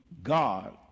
god